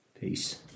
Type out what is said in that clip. Peace